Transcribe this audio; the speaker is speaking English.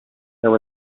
there